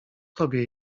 tobie